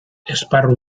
esparru